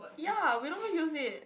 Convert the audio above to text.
ya we don't even use it